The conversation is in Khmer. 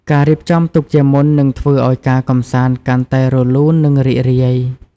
ការរៀបចំទុកជាមុននឹងធ្វើឲ្យការកម្សាន្តកាន់តែរលូននិងរីករាយ។